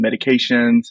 medications